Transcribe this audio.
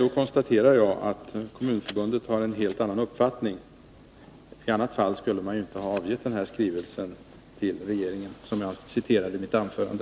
Då konstaterar jag att Kommunförbundet har en helt annan uppfattning. I annat fall skulle man ju inte ha avgett denna skrivelse till regeringen som jag citerade i mitt anförande.